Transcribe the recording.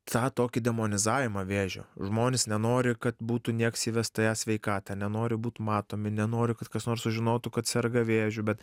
tą tokį demonizavimą vėžio žmonės nenori kad būtų nieks įvestą į e sveikatą nenori būt matomi nenori kad kas nors sužinotų kad serga vėžiu bet